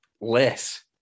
less